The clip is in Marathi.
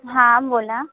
हां बोला